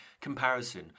comparison